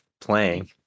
playing